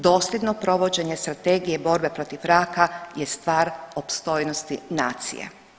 Dosljedno provođenje Strategije borbe protiv raka je stvar opstojnosti nacije.